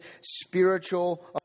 spiritual